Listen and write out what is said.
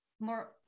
more